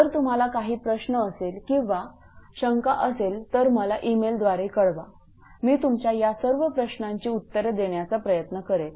जर तुम्हाला काही प्रश्न असेल किंवा शंका असेल तर मला ई मेलद्वारे कळवा मी तुमच्या या सर्व प्रश्नांची उत्तरे देण्याचा प्रयत्न करेल